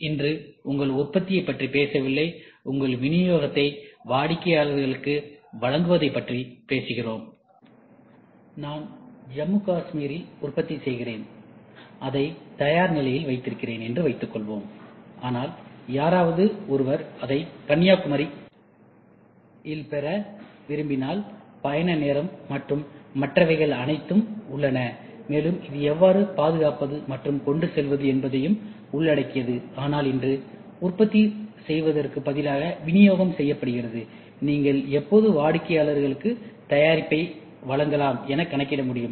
இன்று நாங்கள் உங்கள் உற்பத்தியைப் பற்றி பேசவில்லை உங்கள் விநியோகத்தை வாடிக்கையாளருக்கு வழங்குவதைப் பற்றி பேசுகிறோம் நான் ஜம்மு காஷ்மீரில் உற்பத்தி செய்கிறேன் அதை தயார் நிலையில் வைத்திருக்கிறேன் என்றுவைத்துக்கொள்வோம் ஆனால் யாராவது ஒருவர் அதை கன்னியாகுமாரி பெற விரும்பினால் பயண நேரம் மற்றும் மற்றவைகள் அனைத்தும் உள்ளன மேலும் இது எவ்வாறு பாதுகாப்பது மற்றும் கொண்டு செல்வது என்பதையும் உள்ளடக்கியது ஆனால் இன்று உற்பத்தி செய்வதற்கு பதிலாக வினியோகம் செய்யப்படுகிறது நீங்கள் எப்போது வாடிக்கையாளருக்கு தயாரிப்பை வழங்கலாம் என கணக்கிட முடியும்